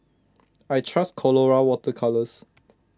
I trust Colora Water Colours